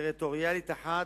טריטוריאלית אחת,